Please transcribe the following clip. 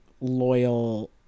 loyal